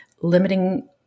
limiting